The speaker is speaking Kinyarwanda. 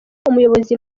umuyobozi